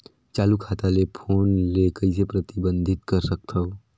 चालू खाता ले फोन ले कइसे प्रतिबंधित कर सकथव?